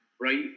right